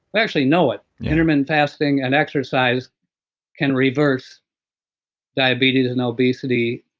but actually know it. intermittent fasting and exercise can reverse diabetes, and obesity